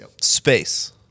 Space